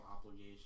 obligation